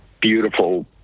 beautiful